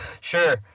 sure